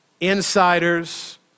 insiders